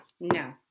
No